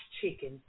chicken